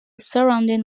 surrounding